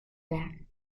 werk